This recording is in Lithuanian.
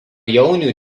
jaunių